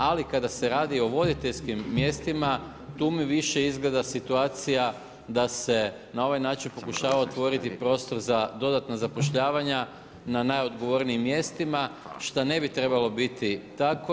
Ali kada se radi o voditeljskim mjestima, tu mi više izgleda situacija da se na ovaj način pokušava otvoriti prostor za dodatna zapošljavanja na najodgovornijim mjestima šta ne bi trebalo biti tako.